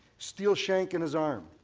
steel shank in his arm.